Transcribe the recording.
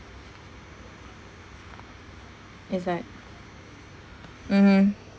is like mmhmm